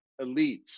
elites